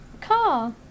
Car